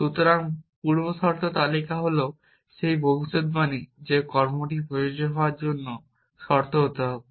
সুতরাং পূর্বশর্ত তালিকা হল সেই ভবিষ্যদ্বাণী যা কর্মটি প্রযোজ্য হওয়ার জন্য সত্য হতে হবে